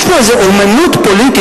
יש פה איזו אמנות פוליטית,